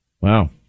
Wow